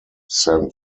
san